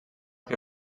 que